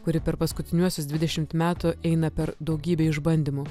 kuri per paskutiniuosius dvidešimt metų eina per daugybę išbandymų